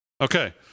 Okay